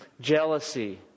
jealousy